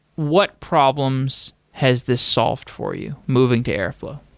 what problems has this solved for you, moving to airflow?